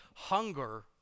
Hunger